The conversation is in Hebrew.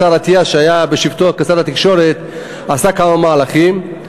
השר אטיאס בשבתו כשר התקשורת עשה כמה מהלכים.